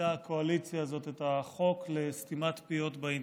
העלתה הקואליציה הזו את החוק לסתימת פיות באינטרנט.